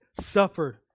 suffered